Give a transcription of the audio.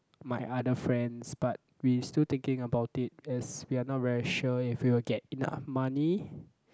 my other friends but we still thinking about it as we are not very sure if we will get enough money